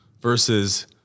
Versus